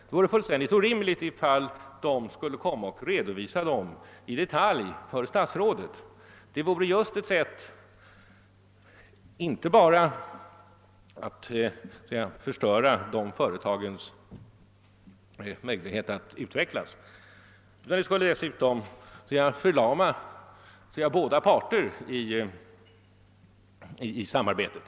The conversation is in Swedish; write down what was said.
Det vore fullständigt orimligt om dessa ting i detalj skulle redovisas för statsrådet — det vore inte bara ett sätt att förstöra företagens möjligheter att utvecklas, utan det skulle också förlama båda parter i samarbetet.